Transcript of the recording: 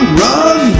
run